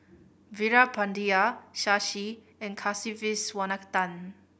Veerapandiya Shashi and Kasiviswanathan